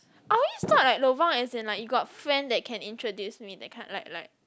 I always thought like lobang as in like you got friend that can introduce me that kind like like